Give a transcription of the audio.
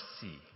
see